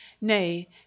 Nay